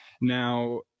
now